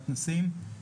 מתנ"סים,